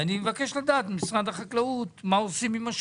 לכן אני מבקש לדעת ממשרד החקלאות מה עושים עם השום.